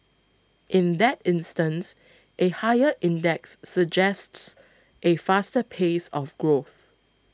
in that instance a higher index suggests a faster pace of growth